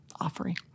offering